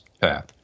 path